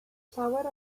llawer